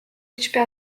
hiçbir